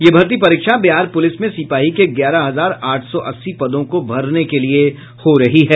ये भर्ती परीक्षा बिहार पुलिस में सिपाही के ग्यारह हजार आठ सौ अस्सी पदों को भरने के लिए हो रही है